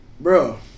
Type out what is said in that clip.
Bro